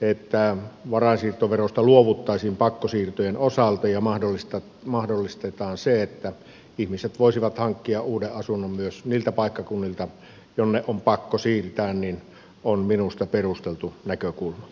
että varainsiirtoverosta luovuttaisiin pakkosiirtojen osalta ja mahdollistettaisiin se että ihmiset voisivat hankkia uuden asunnon niiltä paikkakunnilta jonne on pakko siirtyä on minusta perusteltu näkökulma